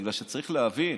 בגלל שצריך להבין,